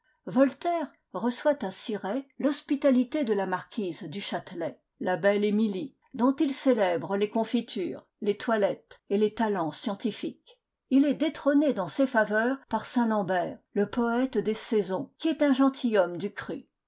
voltaire reçoit a cirey l'hospitalité de la marquise du châteict la belle emilie dont il célèbre les confitures les toilettes et les talents scientifiques il est détrôné dans ses faveurs par saint-lambert le poète des saisons qui est un gentilhomme du crû